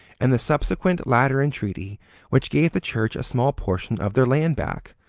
and the subsequent lateran treaty which gave the church a small portion of their land back,